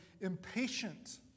impatient